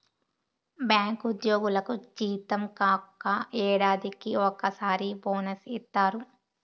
bank ఉద్యోగులకు జీతం కాక ఏడాదికి ఒకసారి బోనస్ ఇత్తారు